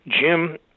Jim